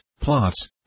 plots